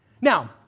Now